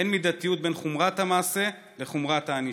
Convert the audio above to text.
אין מידתיות בין חומרת המעשה לחומרת הענישה.